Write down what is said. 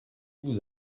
vous